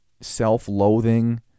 self-loathing